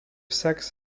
sex